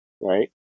right